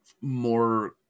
more